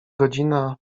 godzina